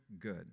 good